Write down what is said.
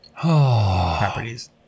Properties